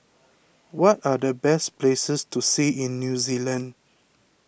what are the best places to see in New Zealand